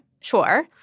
sure